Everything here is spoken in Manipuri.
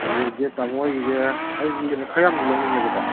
ꯌꯦꯟꯁꯦ ꯇꯥꯃꯣ ꯑꯩꯒꯤꯁꯦ ꯑꯩꯁꯦ ꯌꯦꯟꯁꯦ ꯈꯔ ꯌꯥꯝꯅ ꯂꯧꯅꯤꯡꯉꯦꯕꯀꯣ